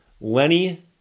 Lenny